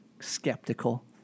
skeptical